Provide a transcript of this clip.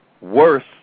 worse